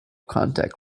contact